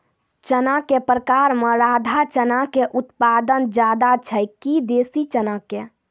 चना के प्रकार मे राधा चना के उत्पादन ज्यादा छै कि देसी चना के?